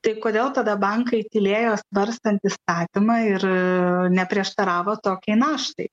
tai kodėl tada bankai tylėjo svarstant įstatymą ir neprieštaravo tokiai naštai